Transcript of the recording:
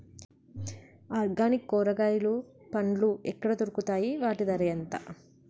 Organic కూరగాయలు పండ్లు ఎక్కడ దొరుకుతాయి? వాటి ధర ఎంత?